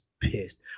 pissed